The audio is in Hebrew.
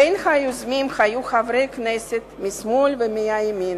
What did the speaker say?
בין היוזמים היו חברי כנסת משמאל ומימין: